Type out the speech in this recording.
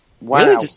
wow